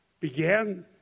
began